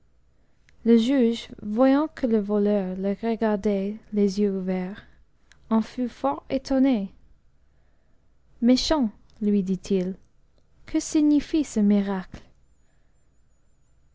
le juge voyant que le voleur le regardait les yeux ouverts en fut fort étonne méchant lui dit-il que signifie ce